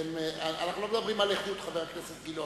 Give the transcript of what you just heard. אנחנו לא מדברים על איכות, חבר הכנסת גילאון.